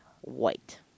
White